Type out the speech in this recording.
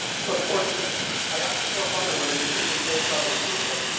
so of course i asked him for a phone number and i just simply pulsed out on the switch hook,